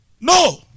No